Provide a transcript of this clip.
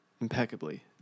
impeccably